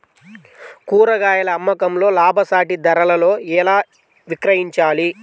కూరగాయాల అమ్మకంలో లాభసాటి ధరలలో ఎలా విక్రయించాలి?